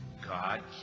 God